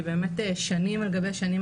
כי באמת שנים על גבי שנים,